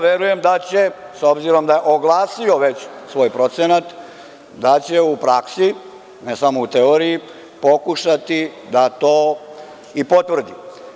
Verujem da će s obzirom da se da je oglasio već svoj procenat, da će u praksi, ne samo u teoriji, pokušati da to i potvrdi.